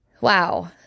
Wow